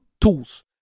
tools